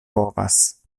povas